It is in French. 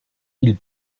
ils